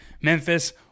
Memphis